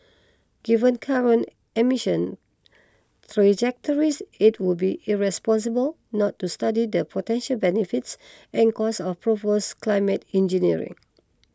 given current emission trajectories it would be irresponsible not to study the potential benefits and costs of propose climate engineering